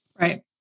Right